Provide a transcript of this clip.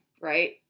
right